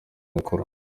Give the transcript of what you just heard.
mikuru